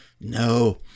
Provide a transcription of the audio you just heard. No